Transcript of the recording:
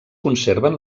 conserven